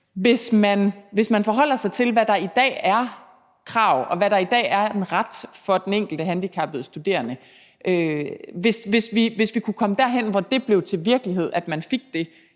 hvis man forholder sig til, hvad der i dag er et krav, og hvad der i dag er en ret for den enkelte handicappede studerende, og hvis vi kunne komme derhen, hvor det blev til virkelighed, at man fik det,